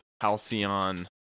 Halcyon